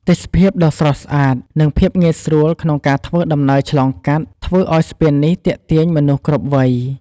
ទេសភាពដ៏ស្រស់ស្អាត និងភាពងាយស្រួលក្នុងការធ្វើដំណើរឆ្លងកាត់ ធ្វើឱ្យស្ពាននេះទាក់ទាញមនុស្សគ្រប់វ័យ។